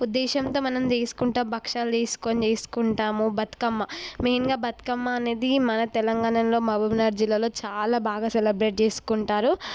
ఉద్దేశంతో మనం తీసుకుంటా భక్షాలు తీసుకొని చేసుకుంటాము బతుకమ్మ మెయిన్గా బతుకమ్మ అనేది మన తెలంగాణలో మహబూబ్నగర్ జిల్లాలో చాలా బాగా సెలబ్రేట్ చేసుకుంటారు